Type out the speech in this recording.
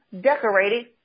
decorated